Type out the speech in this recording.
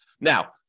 Now